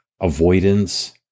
avoidance